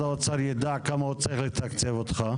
האוצר ידע בכמה הוא צריך לתקצב אותך?